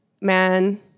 Man